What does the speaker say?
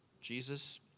Jesus